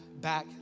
back